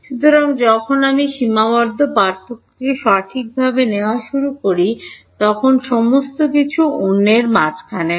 সুতরাং যখন আমি সীমাবদ্ধ পার্থক্যকে সঠিকভাবে নেওয়া শুরু করি তখন সমস্ত কিছু অন্যের মাঝখানে হয়